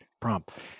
prompt